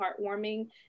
heartwarming